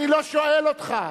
אני לא שואל אותך.